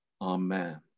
Amen